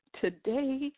Today